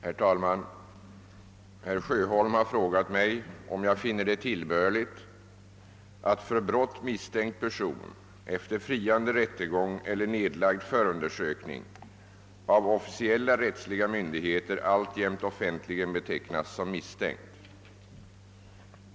Herr talman! Herr Sjöholm har frågat mig om jag finner det vara tillbörligt att för brott misstänkt person efter friande rättegång eller nedlagd förundersökning av officiella rättsliga myndigheter alltjämt offentligen betecknas som misstänkt.